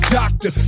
doctor